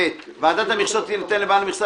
" (ב)ועדת המכסות תיתן לבעל מכסה,